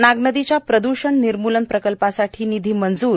नागनदीच्या प्रदुषण निर्मुलन प्रकल्पासाठी निधी मंजुर